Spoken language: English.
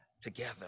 together